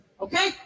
Okay